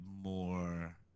more